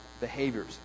Behaviors